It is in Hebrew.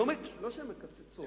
לא שהן מקצצות.